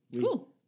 cool